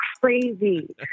crazy